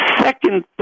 second